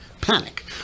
panic